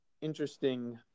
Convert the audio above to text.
interesting